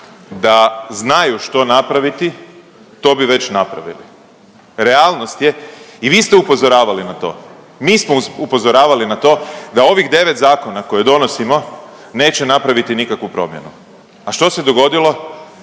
Da znaju što napraviti, to bi već napravili. Realnost je i vi ste upozoravali na to, mi smo upozoravali na to da ovih 9 zakona koje donosimo neće napraviti nikakvu promjenu. A što se dogodilo?